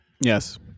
Yes